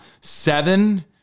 seven